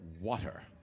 Water